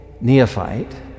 neophyte